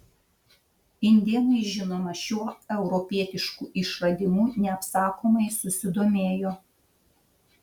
indėnai žinoma šiuo europietišku išradimu neapsakomai susidomėjo